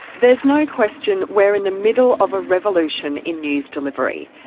there's no question we're in the middle of a revolution in news delivery.